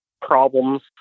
problems